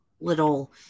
little